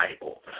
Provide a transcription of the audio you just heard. Bible